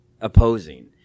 opposing